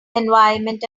environment